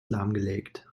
lahmgelegt